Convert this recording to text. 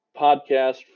podcast